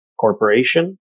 corporation